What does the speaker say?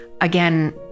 Again